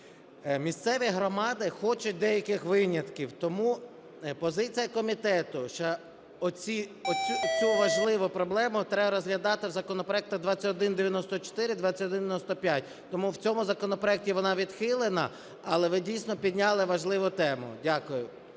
Місцеві громади хочуть деяких винятків, тому позиція комітету, що цю важливу проблему треба розглядати в законопроекті 2194, 2195. Тому в цьому законопроекті вона відхилена, але ви дійсно підняли важливу тему. Дякую.